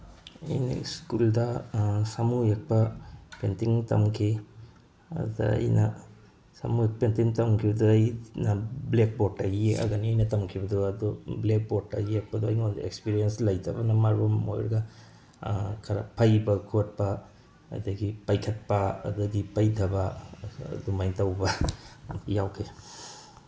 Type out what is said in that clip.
ꯑꯩꯅ ꯁ꯭ꯀꯨꯜꯗ ꯁꯥꯃꯨ ꯌꯦꯛꯄ ꯄꯦꯟꯇꯤꯡ ꯇꯝꯈꯤ ꯑꯗꯨꯗ ꯑꯩꯅ ꯁꯃꯨ ꯄꯦꯟꯇꯤꯡ ꯇꯝꯈꯤꯕꯗꯣ ꯑꯩꯅ ꯕ꯭ꯂꯦꯛꯕꯣꯔꯠꯇ ꯌꯦꯛꯑꯒꯅꯤ ꯑꯩꯅ ꯇꯝꯈꯤꯕꯗꯨ ꯑꯗꯨ ꯕ꯭ꯂꯦꯛꯕꯣꯔꯠꯇ ꯌꯦꯛꯄꯗꯣ ꯑꯩꯉꯣꯟꯗ ꯑꯦꯛꯁꯄꯔꯤꯌꯦꯟꯁ ꯂꯩꯇꯕꯅ ꯃꯔꯝ ꯑꯣꯏꯔꯒ ꯈꯔ ꯐꯩꯕ ꯈꯣꯠꯄ ꯑꯗꯒꯤ ꯄꯩꯈꯠꯄ ꯑꯗꯒꯤ ꯄꯩꯊꯕ ꯑꯗꯨꯃꯥꯏ ꯇꯧꯕ ꯌꯥꯎꯈꯤ